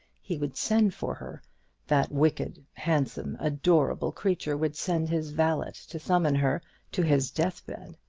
he would send for her that wicked, handsome, adorable creature would send his valet to summon her to his deathbed,